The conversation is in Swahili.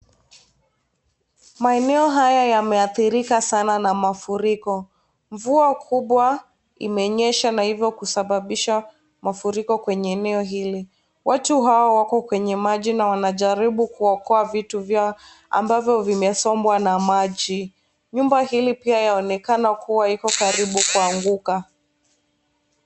Maeneo haya yameadhirika Sana na mafuriko, mvua kubwa imenyesha na hivyo kusababisha mafuriko kwenye eneo hilo. Watu hao wako kwenye maji na wanajaribu kuokoa vitu vyao ambazo zimesombwa na maji. Nyumba hili pia Yaonekana kuwa iko karibu kuanguka.